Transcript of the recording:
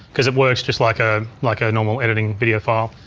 cause it works just like ah like a normal editing video file.